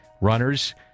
runners